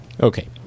Okay